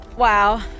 Wow